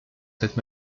cette